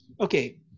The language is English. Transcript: Okay